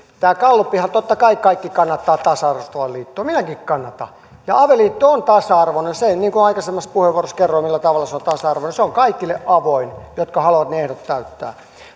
tämä gallupihan on sellainen että totta kai kaikki kannattavat tasa arvoista avioliittoa minäkin kannatan ja avioliitto on tasa arvoinen niin kuin aikaisemmassa puheenvuorossa kerroin millä tavalla se on tasa arvoinen se on avoin kaikille jotka haluavat ne ehdot täyttää